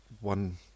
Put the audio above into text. one